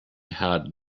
had